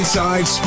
Inside